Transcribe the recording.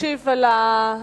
תשיב על ההצעה